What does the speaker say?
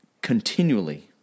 continually